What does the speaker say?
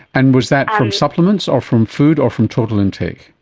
and was that from supplements or from food or from total intake?